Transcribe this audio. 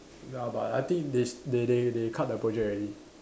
ya but I think they s~ they they they cut the project already